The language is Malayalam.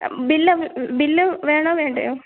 ബില്ല് ബില്ല് വേണോ വേണ്ടയോ